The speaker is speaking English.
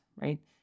right